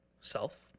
self